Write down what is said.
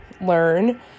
learn